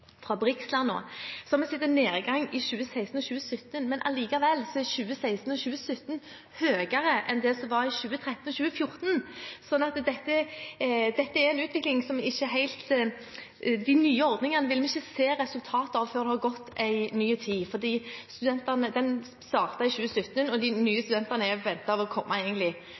i 2016 og 2017, men allikevel er tallene for 2016 og 2017 høyere enn for 2013 og 2014, så de nye ordningene vil vi ikke helt se resultatet av før det har gått en tid, fordi det startet i 2017, og de nye studentene er ventet egentlig å komme